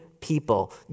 people